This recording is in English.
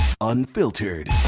Unfiltered